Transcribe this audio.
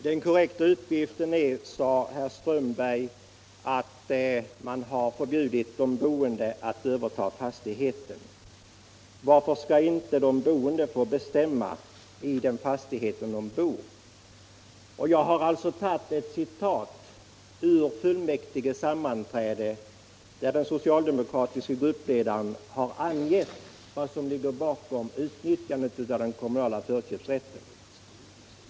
Herr talman! Herr Strömberg i Botkyrka sade att den korrekta uppgiften är att de boende förbjudits att överta fastigheten, och han frågar varför de boende inte får bestämma i den fastighet de bor i. Jag har citerat ett uttalande av den socialdemokratiska gruppledaren vid ett fullmäktigesammanträde där han angett vad som ligger bakom utnyttjandet av den kommunala förköpsrätten.